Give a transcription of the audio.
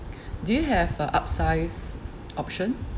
do you have a upsize option